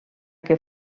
que